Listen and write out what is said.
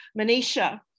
Manisha